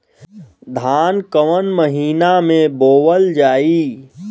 धान कवन महिना में बोवल जाई?